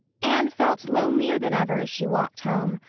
anne felt lonelier than ever as she walked home,